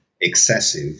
excessive